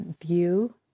view